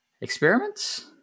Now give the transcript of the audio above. experiments